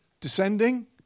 descending